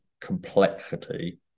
complexity